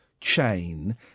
chain